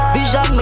Vision